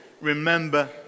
remember